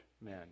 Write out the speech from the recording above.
men